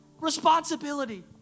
Responsibility